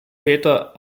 peter